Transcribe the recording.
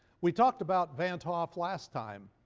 we talked about van't hoff last time,